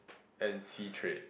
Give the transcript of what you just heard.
and sea trade